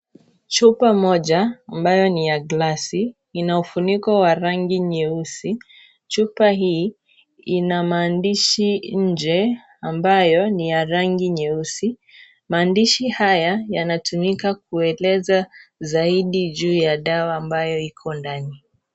Chupa moja ambayo ni ya glasi ina ufuniko wa rangi nyeusi, chupa hii ina maandishi nje ambayo ni ya rangi nyeusi, maandishi haya yanatumika kueleza zaidi juu ya dawa iko ndani.